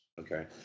okay